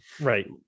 Right